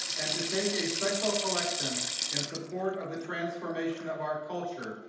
and to take a special collection in support of the transformation of our culture.